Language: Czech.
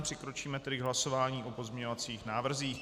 Přikročíme tedy k hlasování o pozměňovacích návrzích.